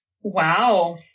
Wow